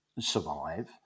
survive